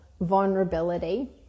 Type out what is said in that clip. vulnerability